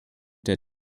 der